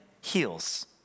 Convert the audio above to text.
heals